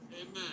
Amen